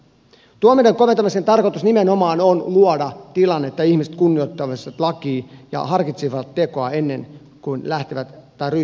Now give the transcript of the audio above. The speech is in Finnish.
tuomioiden koventamisen tarkoitus on nimenomaan luoda tilanne että ihmiset kunnioittaisivat lakia ja harkitsisivat tekoa ennen kuin ryhtyvät siihen